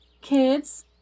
Kids